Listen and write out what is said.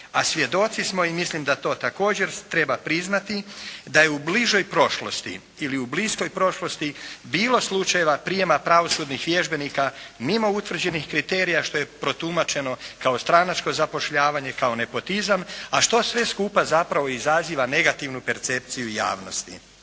a svjedoci smo i mislim da to također treba priznati da je u bližoj prošlosti ili u bliskoj prošlosti bilo slučajeva prijema pravosudnih vježbenika mimo utvrđenih kriterija, što je protumačeno kao stranačko zapošljavanje, kao nepotizam, a što sve skupa zapravo izaziva negativnu percepciju javnosti.